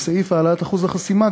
לסעיף העלאת אחוז החסימה,